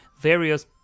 various